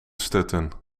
stutten